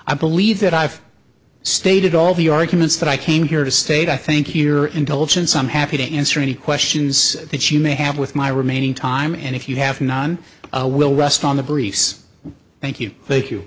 i believe that i've stated all the arguments that i came here to state i think here indulgence i'm happy to answer any questions that you may have with my remaining time and if you have non will rest on the briefs thank you thank you